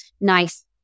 nice